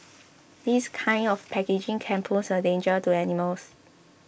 this kind of packaging can pose a danger to animals